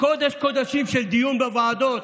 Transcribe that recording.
קודש-קודשים של דיון בוועדות.